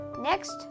next